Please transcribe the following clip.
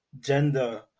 gender